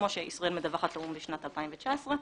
כמו שישראל מדווחת לאו"ם לשנת 2019,